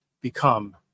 become